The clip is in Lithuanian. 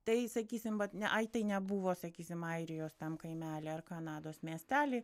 tai sakysim vat ne ai tai nebuvo sakysim airijos tam kaimely ar kanados miestely